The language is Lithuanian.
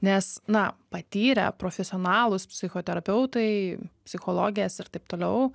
nes na patyrę profesionalūs psichoterapeutai psichologės ir taip toliau